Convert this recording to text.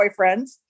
boyfriends